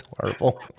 horrible